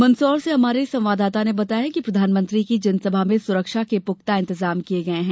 मंदसौर से हमारे संवाददाता ने बताया है कि प्रधानमंत्री की जनसभा में सुरक्षा के पूख्ता इंतजाम किये गये हैं